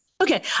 Okay